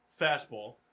fastball